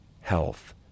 health